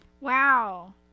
Wow